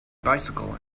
bicycle